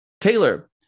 Taylor